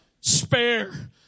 spare